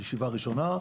ישיבה ראשונה,